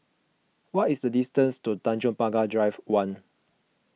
what is the distance to Tanjong Pagar Drive one